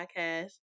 podcast